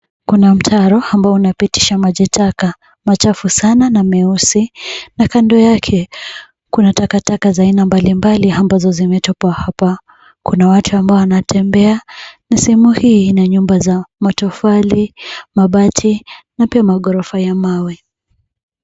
Kuna mtaro ambao unapitisha majitaka, machafu sana na meusi, na kando yake kuna takataka za aina mbalimbali ambazo zimetupwa hapa. Kuna watu ambao wanatembea na sehemu hii ina nyumba za matofali, mabati, na pia maghorofa ya mawe.